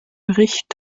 bericht